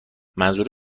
منظور